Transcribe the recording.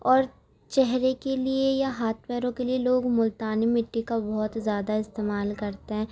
اور چہرے کے لیے یا ہاتھ پیروں کے لیے لوگ مُلتانی مٹی کا بہت زیادہ استعمال کرتے ہیں